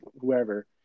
whoever